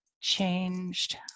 changed